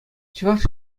чӑваш